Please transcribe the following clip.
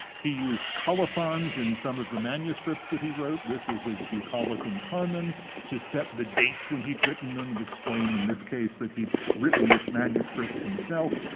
he used colophons in some of the manuscripts that he wrote this of his bucolicum carmen to set the dates when he'd written them and explain, in this case, that he'd written this manuscript himself.